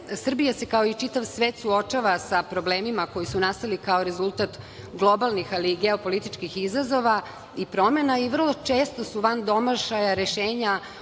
Srbija se kao i čitav svet suočava sa problemima koji su nastali kao rezultat globalnih, ali i geopolitičkih izazova i promena i vrlo često su van domašaja rešenja,